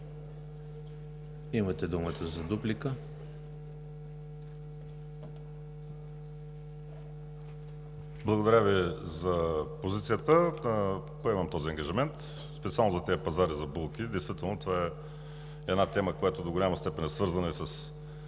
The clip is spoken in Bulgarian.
ВАЛЕРИ СИМЕОНОВ: Благодаря Ви за позицията, поемам този ангажимент. Специално за тези пазари за булки, действително това е една тема, която до голяма степен е свързана и с